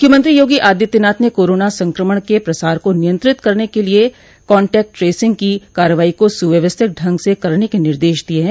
मुख्यमंत्री योगी आदित्यनाथ ने कोरोना संक्रमण के प्रसार को नियंत्रित करने के लिये कान्टैक्ट ट्रेसिंग की कार्रवाई को सुव्यवस्थित ढंग से करने के निर्देश दिये हैं